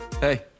Hey